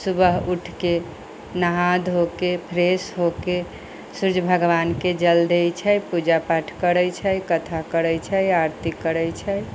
सुबह उठके नहा धो के फ्रेस होके सूर्ज भगवान के जल दै छै पूजा पाठ करै छै कथा करै छै आरती करै छै